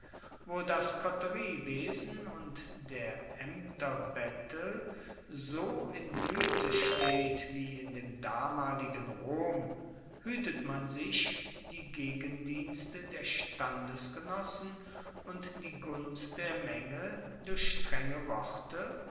wo das koteriewesen und der aemterbettel so in bluete steht wie in dem damaligen rom huetet man sich die gegendienste der standesgenossen und die gunst der menge durch strenge worte